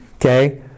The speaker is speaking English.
Okay